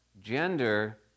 gender